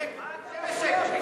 שב בשקט.